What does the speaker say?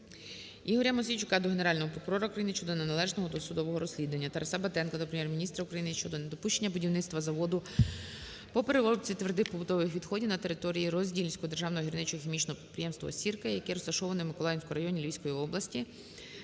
ІгоряМосійчука до Генерального прокурора України щодо неналежного досудового розслідування. ТарасаБатенка до Прем'єр-міністра України щодо недопущення будівництва заводу по переробці твердих побутових відходів на території Роздільського державного гірничо-хімічного підприємства "Сірка", яке розташоване в Миколаївському районі Львівської області